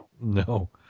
No